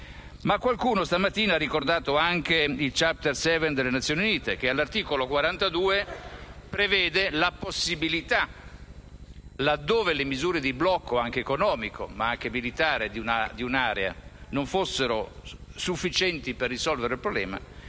Qualcuno stamattina ha ricordato anche il *Chapter VII* della Carta delle Nazioni Unite, che all'articolo 42 prevede, laddove le misure di blocco economico e militare di un'area non fossero sufficienti per risolvere il problema,